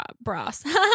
brass